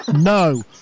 No